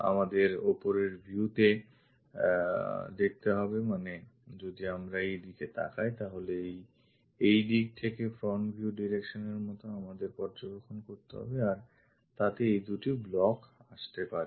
আমাদের ওপরের view তে দেখতে হবে মানে যদি আমরা এই দিকে তাকাই তাহলে এই দিক থেকে ফ্রন্ট ভিউ ডাইরেকশন এর মত আমাদের পর্যবেক্ষণ করতে হবে আর তাতে এই দু'টি block আসতে পারে